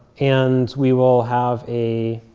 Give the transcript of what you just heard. and we will have a